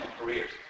careers